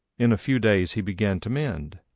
in a few days he began to mend,